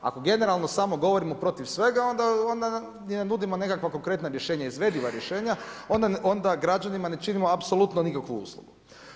Ako generalno samo govorimo protiv svega onda i ne nudimo neka konkretna rješenja, izvediva rješenja onda građanima ne činimo apsolutno nikakvu uslugu.